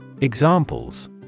Examples